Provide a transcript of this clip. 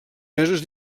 mesos